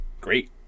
great